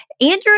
Andrew